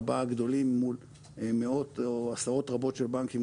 ארבעה הגדולים מול מאות או עשרות רבות של בנקים,